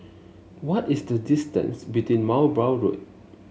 what is the distance between Mowbray Road